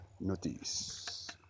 notice